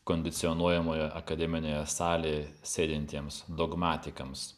kondicionuojamoje akademinėje salėj sėdintiems dogmatikams